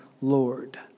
Lord